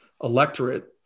electorate